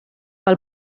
pel